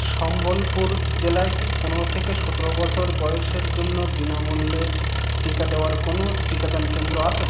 সম্বলপুর জেলায় কি পনেরো থেকে সতেরো বছর বয়েসের জন্য বিনামূল্যে টিকা দেওয়ার কোনো টিকাদান কেন্দ্র আছে